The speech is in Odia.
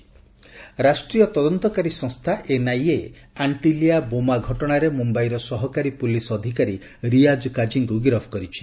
ଏନ୍ଆଇଏ ଆରେଷ୍ଟ ରାଷ୍ଟ୍ରୀୟ ତଦନ୍ତକାରୀ ସଂସ୍ଥା ଏନ୍ଆଇଏ ଆଣ୍ଟିଲିୟା ବୋମା ଘଟଣାରେ ମୁମ୍ବାଇର ସହକାରୀ ପୁଲିସ୍ ଅଧିକାରୀ ରିୟାଜ୍ କାଜିଙ୍କୁ ଗିରଫ କରିଛି